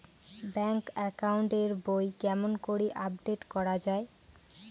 Bank account এর বই কেমন করি আপডেট করা য়ায়?